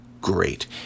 great